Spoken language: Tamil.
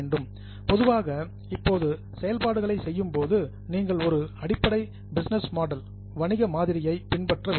இப்போது பொதுவாக செயல்பாடுகளை செய்யும் போது நீங்கள் ஒரு அடிப்படை பிசினஸ் மாடல் வணிக மாதிரியை பின்பற்றுங்கள்